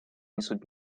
несут